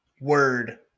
Word